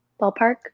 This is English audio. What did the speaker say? Ballpark